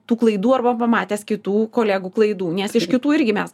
tų klaidų arba pamatęs kitų kolegų klaidų nes iš kitų irgi mes